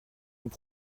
nous